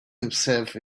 himself